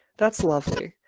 that's lovely.